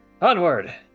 Onward